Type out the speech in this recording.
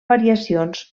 variacions